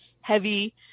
heavy